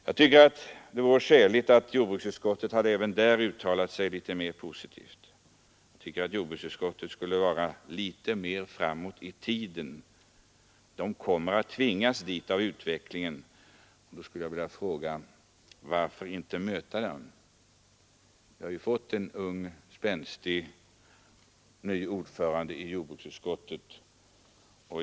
Jag tycker att det hade varit skäligt att jordbruksutskottet även här uttalat sig litet mer positivt. Jordbruksutskottet borde se litet mer framåt i tiden. Vi kommer att tvingas dit av utvecklingen. Varför inte möta denna utveckling? Vi har ju fått en ny, ung och spänstig ordförande i jordbruksutskottet.